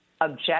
object